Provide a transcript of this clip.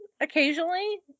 occasionally